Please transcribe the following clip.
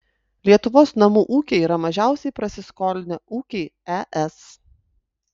lietuvos namų ūkiai yra mažiausiai prasiskolinę ūkiai es